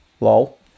Lol